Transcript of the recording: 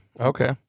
Okay